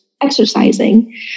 exercising